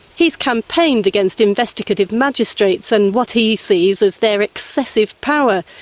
he's campaigned against investigative magistrates and what he sees as their excessive power.